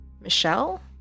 Michelle